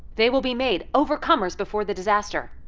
they will be made overcomers before the disaster.